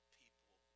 people